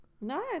No